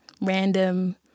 random